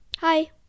Hi